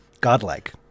godlike